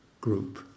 group